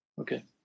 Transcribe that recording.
Okay